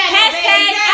Hashtag